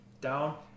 down